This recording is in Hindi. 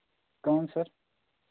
कौन सर